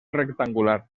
rectangular